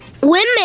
Women